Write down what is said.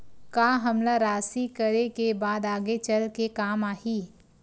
का हमला राशि करे के बाद आगे चल के काम आही?